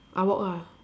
I walk ah